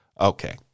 Okay